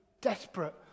desperate